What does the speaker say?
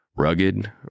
rugged